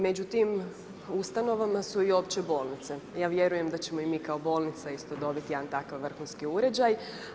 Među tim ustanovama su i opće bolnice, ja vjerujem da ćemo i mi kao bolnica isto dobit jedan takav vrhunski uređaj.